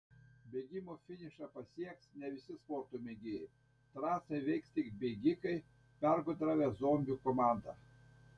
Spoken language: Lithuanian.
bėgimo finišą pasieks ne visi sporto mėgėjai trasą įveiks tik bėgikai pergudravę zombių komandą